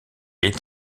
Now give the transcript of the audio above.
est